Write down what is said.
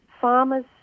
farmers